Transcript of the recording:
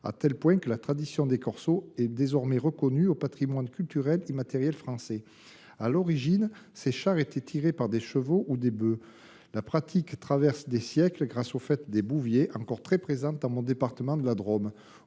à tel point que la tradition des corsos est désormais inscrite au patrimoine culturel immatériel de la France. À l’origine, ces chars étaient tirés par des chevaux ou des bœufs. La pratique traverse les siècles grâce aux fêtes des bouviers, encore très présentes dans mon département de la Drôme.